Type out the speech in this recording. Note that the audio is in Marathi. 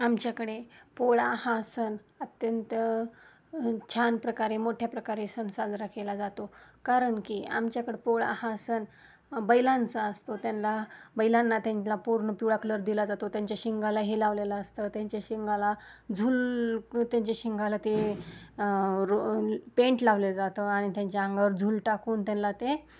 आमच्याकडे पोळा हा सण अत्यंत छान प्रकारे मोठ्या प्रकारे सण साजरा केला जातो कारण की आमच्याकडं पोळा हा सण बैलांचा असतो त्यांना बैलांना त्यांला पूर्ण पिवळा कलर दिला जातो त्यांच्या शिंगाला हे लावलेलं असतं त्यांच्या शिंगाला झुूल त्यांच्या शिंगाला ते रो पेंट लावले जातं आणि त्यांच्या अंगावर झूल टाकून त्यांना ते